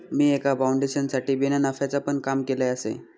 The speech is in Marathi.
मी एका फाउंडेशनसाठी बिना नफ्याचा पण काम केलय आसय